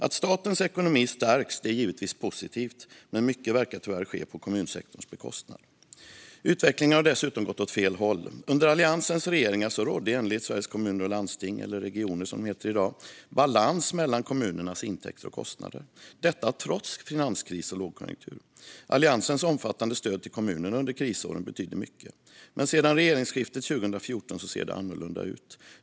Att statens ekonomi stärks är givetvis positivt, men mycket verkar tyvärr ske på kommunsektorns bekostnad. Utvecklingen har dessutom gått åt fel håll. Under Alliansens regeringsår rådde enligt Sveriges Kommuner och Landsting, eller regioner som det heter i dag, balans mellan kommunernas intäkter och kostnader - detta trots finanskris och lågkonjunktur. Alliansens omfattande stöd till kommunerna under krisåren betydde mycket. Men sedan regeringsskiftet 2014 ser det annorlunda ut.